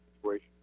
situation